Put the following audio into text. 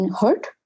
hurt